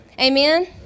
Amen